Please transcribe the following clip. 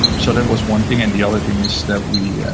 so that was one thing. and the other thing is that we, yeah